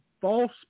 false